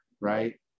right